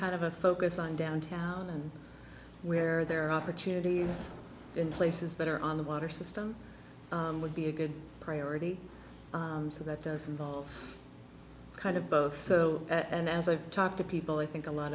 kind of a focus on downtown and where there are opportunities in places that are on the water system would be a good priority so that doesn't involve kind of both so and as i talk to people i think a lot